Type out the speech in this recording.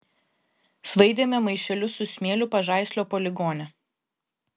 svaidėme maišelius su smėliu pažaislio poligone